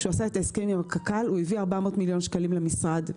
כשהוא עשה את ההסכם עם קק"ל הוא הביא 400 מיליון שקלים למשרד.